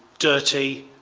dirty,